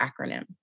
acronym